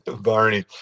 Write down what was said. barney